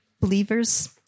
believers